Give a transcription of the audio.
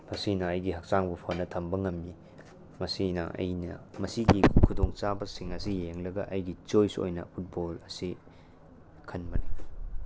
ꯃꯁꯤꯅ ꯑꯩꯒꯤ ꯍꯛꯆꯥꯡꯕꯨ ꯐꯅ ꯊꯝꯕ ꯉꯝꯃꯤ ꯃꯁꯤꯒꯤ ꯈꯨꯗꯣꯡꯆꯥꯕꯁꯤꯡ ꯑꯁꯤ ꯌꯦꯡꯂꯒ ꯑꯩꯒꯤ ꯆꯣꯏꯁ ꯑꯣꯏꯅ ꯐꯨꯠꯕꯣꯜ ꯑꯁꯤ ꯈꯟꯕꯅꯤ